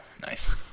Nice